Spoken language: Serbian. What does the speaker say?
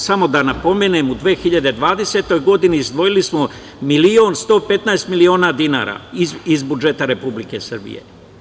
Samo da napomenem, u 2020. godini izdvojili smo milion i 115 hiljada dinara iz budžeta Republike Srbije.